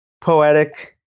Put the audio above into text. poetic